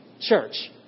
church